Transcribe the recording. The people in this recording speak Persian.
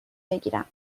بگیرم